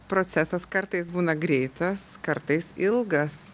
procesas kartais būna greitas kartais ilgas